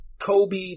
Kobe